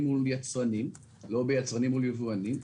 מול יצרנים ולא ביצרנים מול יבואנים,